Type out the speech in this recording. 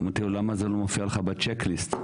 אמרתי לו למה זה לא מופיע לך בצ'ק ליסט?